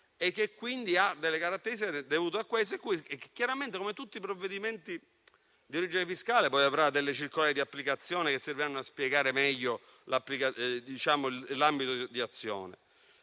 e, quindi, ha delle caratteristiche dovute a questo. Chiaramente, come per tutti i provvedimenti di origine fiscale, poi saranno pubblicate delle circolari di applicazione che serviranno a spiegare meglio l'ambito di azione.